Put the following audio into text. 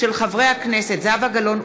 חברי הכנסת זהבה גלאון,